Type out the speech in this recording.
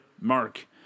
Mark